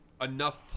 enough